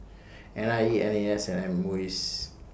N I E N A S and Muis